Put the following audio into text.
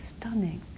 stunning